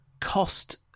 cost